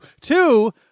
Two